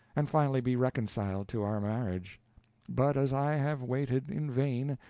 and finally be reconciled to our marriage but as i have waited in vain,